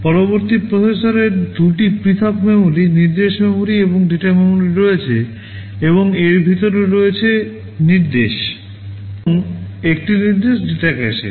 পরবর্তী প্রসেসরের 2 টি পৃথক মেমরি নির্দেশ মেমরি এবং ডেটা মেমরি রয়েছে এবং এর ভিতরেও রয়েছে নির্দেশ এবং একটি নির্দেশ ডেটা ক্যাশে